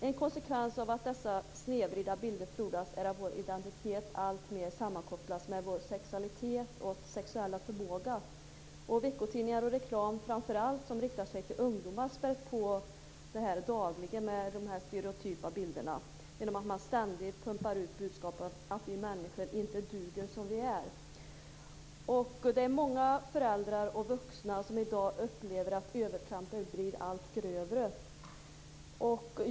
En konsekvens av att dessa snedvridna bilder frodas är att vår identitet alltmer sammankopplas med vår sexualitet och sexuella förmåga. Veckotidningar och reklam som framför allt riktar sig till ungdomar spär på detta dagligen med dessa stereotypa bilder genom att ständigt pumpa ut budskapet att vi människor inte duger som vi är. Det är många föräldrar och vuxna som i dag upplever att övertrampen blir allt grövre.